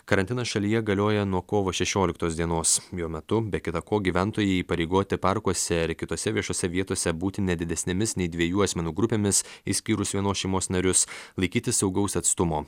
karantinas šalyje galioja nuo kovo šešioliktos dienos jo metu be kita ko gyventojai įpareigoti parkuose ir kitose viešose vietose būti ne didesnėmis nei dviejų asmenų grupėmis išskyrus vienos šeimos narius laikytis saugaus atstumo